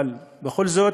אבל בכל זאת